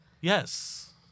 Yes